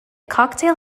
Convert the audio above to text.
cocktail